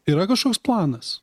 yra kažkoks planas